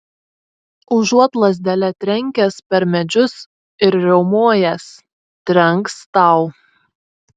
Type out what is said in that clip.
užuot lazdele trenkęs per medžius ir riaumojęs trenks tau